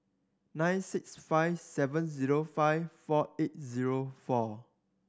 nine six five seven zero five four eight zero four